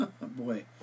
boy